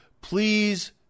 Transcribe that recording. please